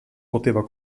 poteva